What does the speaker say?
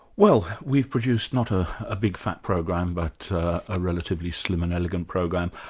well, we've produced not ah a big fat program, but a relatively slim and elegant program.